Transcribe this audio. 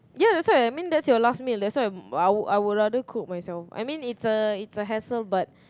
ya that's why I mean that's your last meal that's why I would I would rather cook myself I mean it's a it's a hassle but